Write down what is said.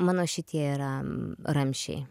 mano šitie yra ramsčiai